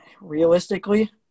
realistically